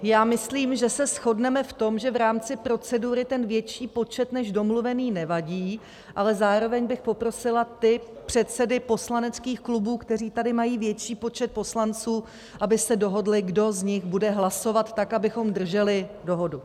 Já myslím, že se shodneme v tom, že v rámci procedury větší počet než domluvený nevadí, ale zároveň bych poprosila předsedy poslaneckých klubů, kteří tady mají větší počet poslanců, aby se dohodli, kdo z nich bude hlasovat, abychom drželi dohodu.